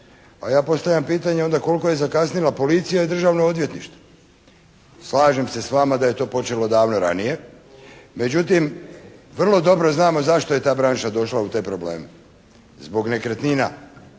a ja postavljam pitanje onda koliko je zakasnila Policija i Državno odvjetništvo? Slažem se s vama da je to počelo davno ranije, međutim vrlo dobro znamo zašto je ta branša došla u te probleme. Zbog nekretnina